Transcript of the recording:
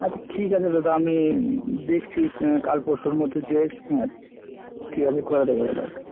আচ্ছা ঠিক আছে দাদা আমি দেখছি একটুখানি কাল পরশুর মধ্যে যেয়ে ঠিগাছে করে দেবো দাদা ওটা